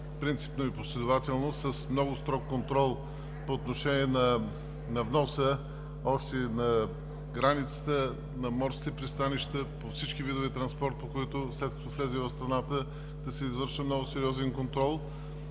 принципно и последователно с много строг контрол по отношение на вноса още на границата на морските пристанища, по всички видове транспорт, по които, след като влезе в страната, да се извършва много сериозен контрол